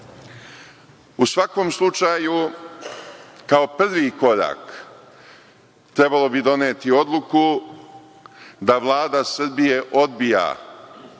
svakom slučaju, kao prvi korak trebalo bi doneti odluku da Vlada Srbije odbija